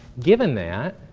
given that,